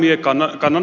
no hyvä